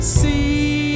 see